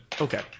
Okay